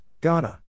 Ghana